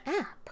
app